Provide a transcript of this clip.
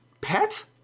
pet